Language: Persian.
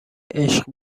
عشق